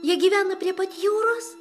jie gyvena prie pat jūros